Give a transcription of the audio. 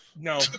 No